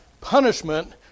punishment